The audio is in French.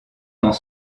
dans